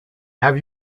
have